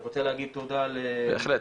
בהחלט,